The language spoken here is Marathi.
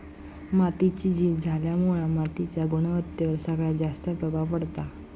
मातीची झीज झाल्यामुळा मातीच्या गुणवत्तेवर सगळ्यात जास्त प्रभाव पडता